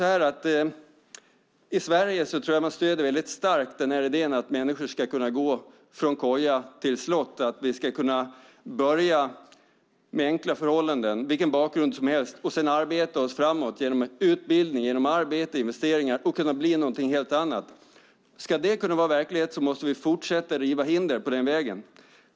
I Sverige tror jag att man väldigt starkt stöder idén om att människor ska kunna gå från koja till slott, att vi ska kunna börja med enkla förhållanden, vilken bakgrund som helst, och sedan arbeta oss framåt genom utbildning, arbete och investeringar och kunna bli någonting helt annat. Ska det kunna vara verklighet måste vi fortsätta att riva hinder på den vägen.